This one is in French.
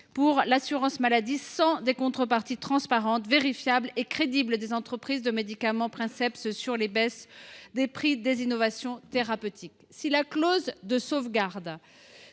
pour l’assurance maladie sans contreparties transparentes, vérifiables et crédibles des entreprises de médicaments princeps sur les baisses des prix des innovations thérapeutiques. Si la clause de sauvegarde